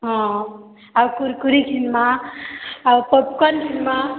ହଁ ଆଉ କୁର୍କୁରି କିନ୍ମା ଆଉ ପପ୍କର୍ନ୍ କିନ୍ମା